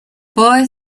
boy